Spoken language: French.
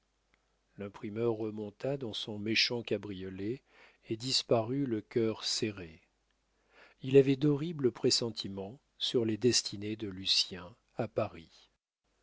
l'imprimeur remonta dans son méchant cabriolet et disparut le cœur serré il avait d'horribles pressentiments sur les destinées de lucien à paris